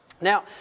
Now